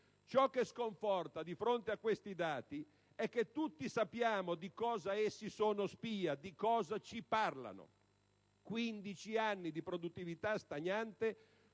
Ciò che sconforta - di fronte a questi dati - è che tutti sappiamo di cosa essi sono spia, di cosa ci parlano: quindici anni di produttività stagnante